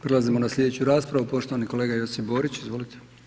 Prelazimo na sljedeću raspravu, poštovani kolega Josip Borić, izvolite.